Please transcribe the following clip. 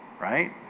Right